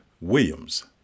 Williams